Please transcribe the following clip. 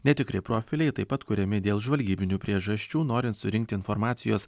netikri profiliai taip pat kuriami dėl žvalgybinių priežasčių norint surinkti informacijos